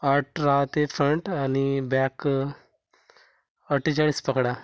आठ राहते फ्रंट आणि ब्याक अठ्ठेचाळीस पकडा